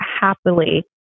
happily